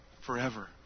Forever